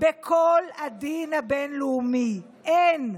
בכל הדין הבין-לאומי, אין,